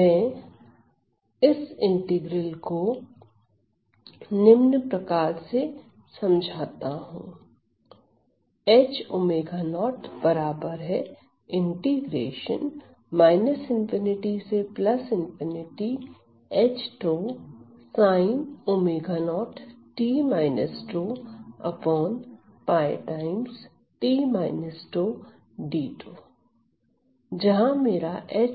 मैं इस इंटीग्रल को निम्न प्रकार से समझाता हूं जहां मेरा है